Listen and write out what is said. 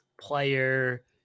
player